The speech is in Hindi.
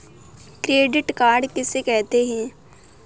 क्रेडिट कार्ड किसे कहते हैं?